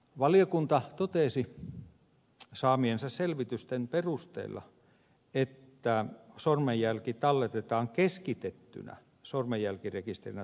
valiokunta totesi saamiensa selvitysten perusteella että sormenjälki talletetaan keskitettynä sormenjälkirekisterinä toimivaan tietokantaan